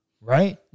right